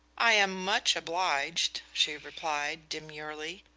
i am much obliged, she replied, demurely.